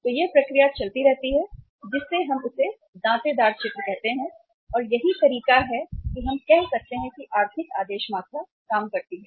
तो यह प्रक्रिया चलती रहती है जिसे हम इसे दांतेदार चित्र कहते हैं और यही तरीका है कि हम कह सकते हैं कि आर्थिक आदेश मात्रा काम करती है